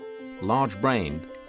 large-brained